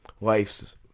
Life's